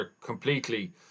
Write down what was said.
completely